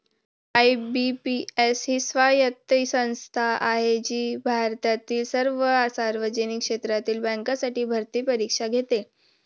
IBPS ही स्वायत्त संस्था आहे जी भारतातील सर्व सार्वजनिक क्षेत्रातील बँकांसाठी भरती परीक्षा घेते